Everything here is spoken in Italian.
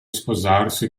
sposarsi